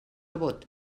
vot